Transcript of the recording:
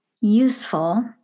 useful